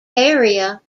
area